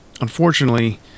unfortunately